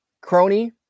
Crony